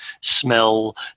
smell